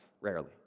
rarely